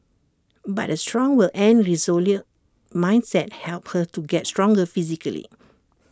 but A strong will and resolute mindset helped her to get stronger physically